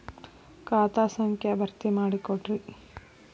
ಖಾತಾ ಸಂಖ್ಯಾ ಭರ್ತಿ ಮಾಡಿಕೊಡ್ರಿ